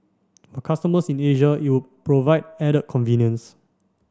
for customers in Asia it would provide added convenience